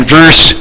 verse